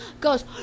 goes